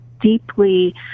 deeply